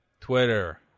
Twitter